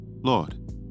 Lord